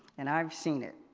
and i've seen it.